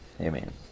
amen